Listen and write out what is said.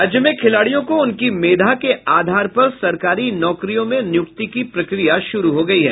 राज्य में खिलाड़ियों को उनकी मेधा के आधार पर सरकारी की नौकरियों में नियुक्ति की प्रक्रिया शुरू हो गयी है